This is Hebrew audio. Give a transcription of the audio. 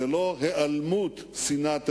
זה לא היעלמות שנאת היהודים,